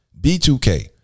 B2K